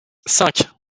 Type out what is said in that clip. cinq